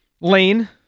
Lane